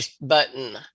button